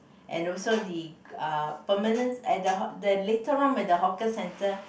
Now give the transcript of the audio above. and also the(uh) permanent at the haw~ then later on when the hawker center